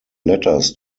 letters